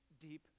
deep